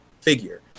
figure